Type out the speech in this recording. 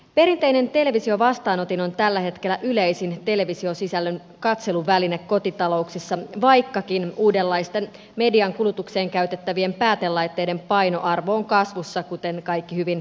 perinteinen televisiovastaanotin on tällä hetkellä yleisin televisiosisällön katseluväline kotitalouksissa vaikkakin uudenlaisten median kulutukseen käytettävien päätelaitteiden painoarvo on kasvussa kuten kaikki hyvin tiedämme